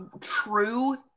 true